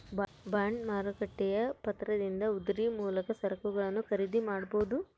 bond ಮಾರುಕಟ್ಟೆಯ ಪತ್ರದಿಂದ ಉದ್ರಿ ಮೂಲಕ ಸರಕುಗಳನ್ನು ಖರೀದಿ ಮಾಡಬೊದು